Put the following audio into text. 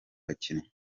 bakinnyi